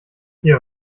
hier